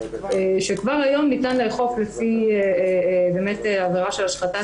שכבר היום ניתן לאכוף לפי עבירה של השחתת